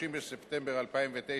30 בספטמבר 2009,